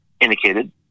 indicated